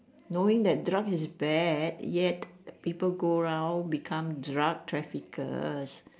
knowing that drugs is bad yet people go round become drug traffickers